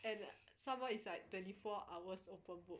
and someone is like twenty four hours open book